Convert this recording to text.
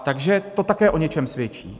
Takže to také o něčem svědčí.